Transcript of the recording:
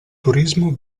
turismo